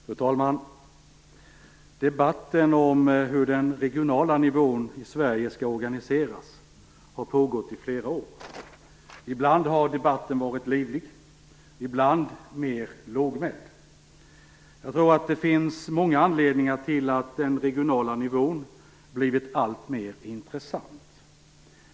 Fru talman! Debatten om hur den regionala nivån i Sverige skall organiseras har pågått i flera år. Ibland har den varit livlig, ibland mer lågmäld. Jag tror att det finns många anledningar till att den regionala nivån har blivit allt mer intressant.